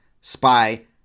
spy